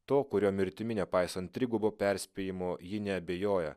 to kurio mirtimi nepaisant trigubo perspėjimo ji neabejoja